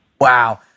Wow